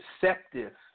Deceptive